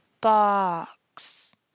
Box